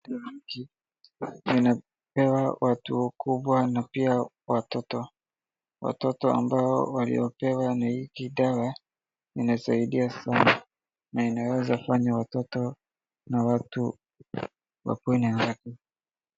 Dawa hiki inapewa watu wakubwa na pia watoto, watoto ambao waliopewa hii dawa inasaidia sana na inaweza fanya watoto au watu wakuwe na afya.